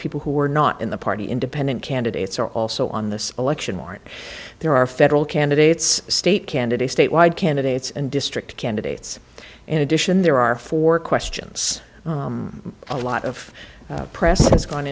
people who are not in the party independent candidates are also on this election morning there are federal candidates state candidates statewide candidates and district candidates in addition there are four questions a lot of press has gone